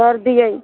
कर दियै